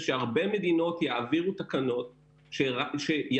שהרבה מדינות יעבירו תקנות שיכריחו